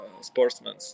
sportsmen